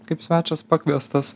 kaip svečias pakviestas